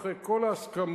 אחרי כל ההסכמות.